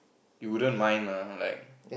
you wouldn't mind lah like